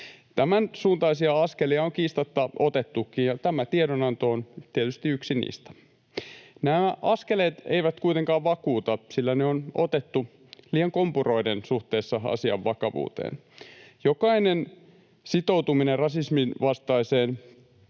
Tämän suuntaisia askelia on kiistatta otettukin, ja tämä tiedonanto on tietysti yksi niistä. Nämä askeleet eivät kuitenkaan vakuuta, sillä ne on otettu liian kompuroiden suhteessa asian vakavuuteen. Jokainen sitoutuminen rasismin vastaiseen